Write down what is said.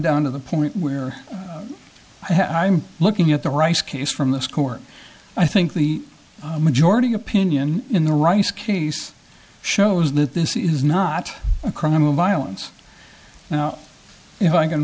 down to the point where i'm looking at the rice case from this court i think the majority opinion in the rice case shows that this is not a crime of violence if i can